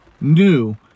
new